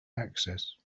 access